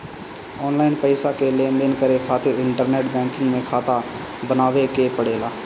online पईसा के लेनदेन करे खातिर इंटरनेट बैंकिंग में खाता बनावे के पड़ेला